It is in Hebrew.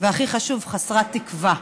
והכי חשוב: חסרת תקווה.